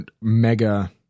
Mega